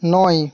নয়